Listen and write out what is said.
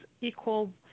equal